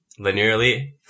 linearly